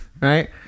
right